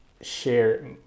share